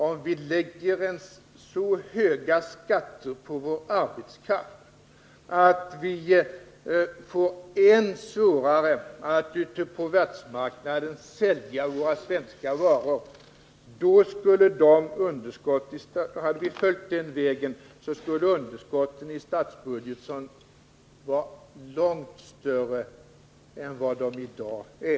Om vi lade så höga skatter på vår arbetskraft att vi får än svårare att ute på världsmarknaden sälja våra svenska varor, skulle underskotten i statsbudgeten vara långt större än vad de i dag är.